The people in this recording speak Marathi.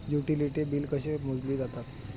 युटिलिटी बिले कशी मोजली जातात?